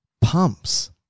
pumps